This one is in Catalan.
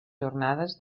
jornades